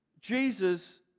Jesus